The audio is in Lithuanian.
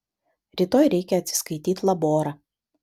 rytoj reikia atsiskaityt laborą